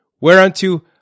Whereunto